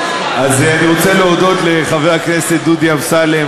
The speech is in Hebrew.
אז אני רוצה להודות לחבר הכנסת דודי אמסלם